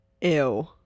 Ew